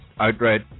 outright